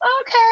okay